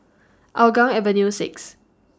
Hougang Avenue six